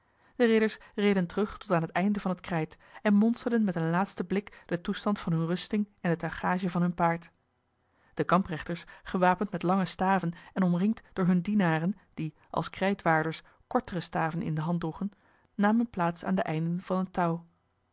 de ridders reden terug tot aan het einde van het krijt en monsterden met een laatsten blik den toestand van hunne rusting en de tuigage van hun paard de kamprechters gewapend met lange staven en omringd door hunne dienaren die als krijtwaarders kortere staven in de hand droegen namen plaats aan de einden van het touw